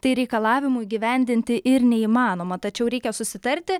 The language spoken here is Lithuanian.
tai reikalavimų įgyvendinti ir neįmanoma tačiau reikia susitarti